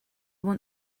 want